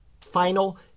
final